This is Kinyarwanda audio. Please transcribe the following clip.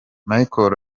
michael